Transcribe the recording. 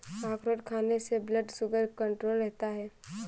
अखरोट खाने से ब्लड शुगर कण्ट्रोल रहता है